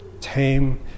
tame